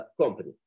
company